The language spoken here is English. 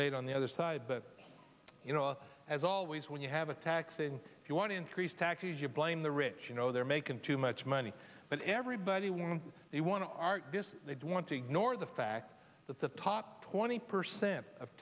made on the other side but you know as always when you have a tax saying you want to increase taxes you blame the rich you know they're making too much money but everybody when they want to start this they don't want to ignore the fact that the top twenty percent of